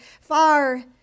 far